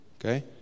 Okay